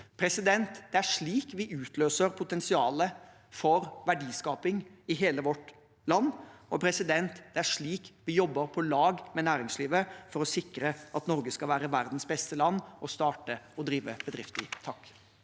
Det er slik vi utløser potensialet for verdiskaping i hele vårt land, og det er slik vi jobber på lag med næringslivet for å sikre at Norge skal være verdens beste land å starte og drive bedrift i.